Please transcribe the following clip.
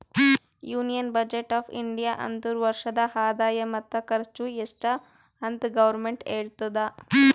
union budget of India ಅಂದುರ್ ವರ್ಷದ ಆದಾಯ ಮತ್ತ ಖರ್ಚು ಎಸ್ಟ್ ಅಂತ್ ಗೌರ್ಮೆಂಟ್ ಹೇಳ್ತುದ